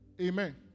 Amen